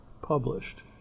published